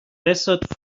desert